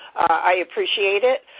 i appreciate it.